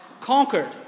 conquered